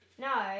No